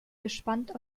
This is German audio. gespannt